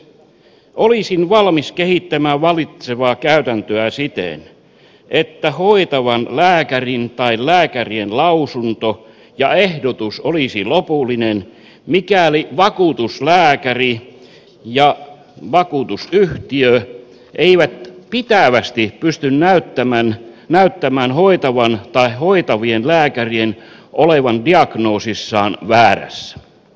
olisin valmis kehittämään vallitsevaa käytäntöä siten että hoitavan lääkärin tai lääkärien lausunto ja ehdotus olisi lopullinen mikäli vakuutuslääkäri ja vakuutusyhtiö eivät pitävästi pysty näyttämään hoitavan tai hoitavien lääkärien olevan diagnoosissaan väärässä